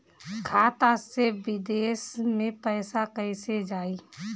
खाता से विदेश मे पैसा कईसे जाई?